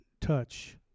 touch